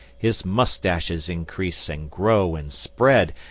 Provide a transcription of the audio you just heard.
his moustaches increase and grow and spread,